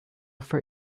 for